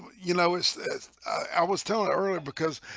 you know it's this. i was telling earlier because